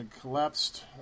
collapsed